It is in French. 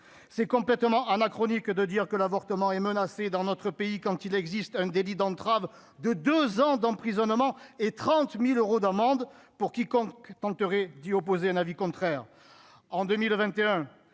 c'est complètement anachronique de dire que l'avortement est menacée dans notre pays quand il existe un délit d'entrave de 2 ans d'emprisonnement et 30000 euros d'amende pour quiconque tenterait d'y opposer un avis contraire,